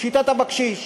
שיטת הבקשיש.